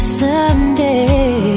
someday